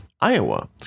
Iowa